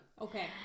Okay